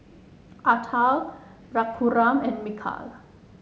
Atal Raghuram and Milkha